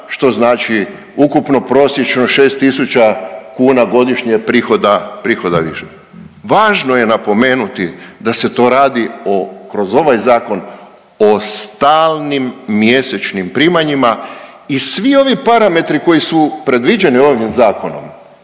što znači ukupno prosječno 6000 kuna godišnje prihoda više. Važno je napomenuti da se to radi kroz ovaj zakon o stalnim mjesečnim primanjima i svi ovi parametri koji su predviđeni ovim zakonom